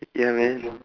ya man